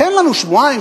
תן לנו שבועיים,